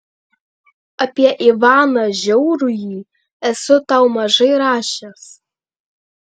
apie ivaną žiaurųjį esu tau mažai rašęs